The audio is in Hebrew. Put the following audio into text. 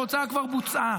ההוצאה כבר בוצעה.